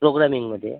प्रोग्रॅमिंगमध्ये